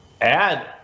add